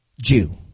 Jew